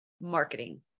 marketing